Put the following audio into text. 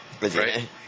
right